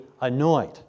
annoyed